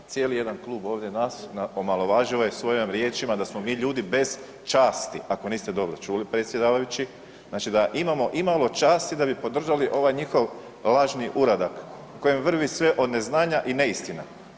Cijeli jedan klub ovdje nas, omalovažio je ovaj svojim riječima da smo mi ljudi bez časti, ako niste dobro čuli, predsjedavajući, znači da imamo imalo časti da bi podržali ovaj njihov lažni uradak kojim vrvi sve od neznanja i neistina.